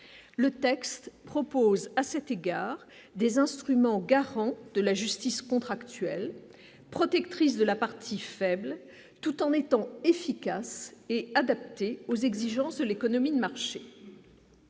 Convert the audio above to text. le texte propose à cet égard des instruments garant de la justice contractuels protectrice de la partie faible tout en étant efficace et adaptée aux exigences de l'économie de marché.